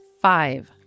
five